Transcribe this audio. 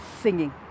singing